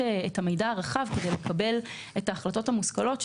מידע רחב ולקבל את ההחלטות המושכלות.